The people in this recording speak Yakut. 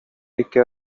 икки